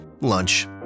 lunch